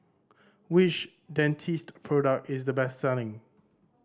which Dentiste product is the best selling